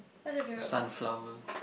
sunflower